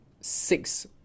six